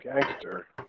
gangster